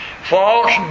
false